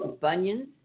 bunions